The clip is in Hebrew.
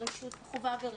הורים, חובה ורשות,